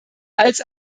als